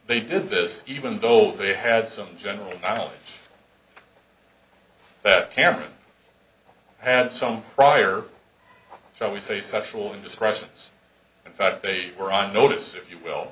they did this even though they had some general knowledge that cameron had some prior shall we say sexual indiscretions in fact they were on notice if you will